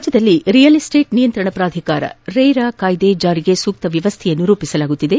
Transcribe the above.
ರಾಜ್ಯದಲ್ಲಿ real estate ನಿಯಂತ್ರಣ ಪ್ರಾಧಿಕಾರ ರೇರಾ ಕಾಯ್ದೆ ಜಾರಿಗೆ ಸೂಕ್ತ ವ್ಯವಶ್ಠೆ ರೂಪಿಸಲಾಗುತ್ತಿದೆ